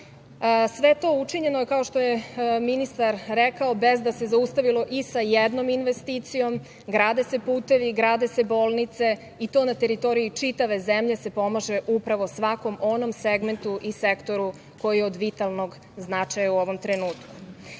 to učinjeno je, kao što je ministar rekao, bez da se zaustavilo i sa jednom investicijom, grade se putevi, grade se bolnice i to na teritorije čitave zemlje se pomaže upravo svakom onom segmentu i sektoru koji je od vitalnog značaja u ovom trenutku. Baš